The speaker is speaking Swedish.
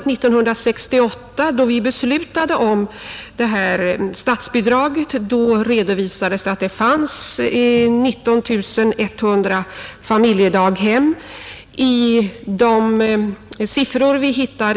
År 1968, då vi beslutade om statsbidraget, redovisades att det fanns 19 100 familjedaghem.